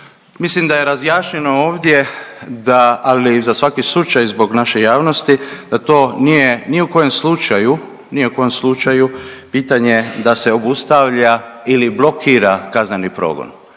Mislim da je razjašnjeno ovdje da, ali za svaki slučaj zbog naše javnosti da to nije ni u kojem slučaju, ni u kojem slučaju pitanje da se obustavlja ili blokira kazneni progon.